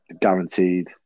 Guaranteed